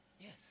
Yes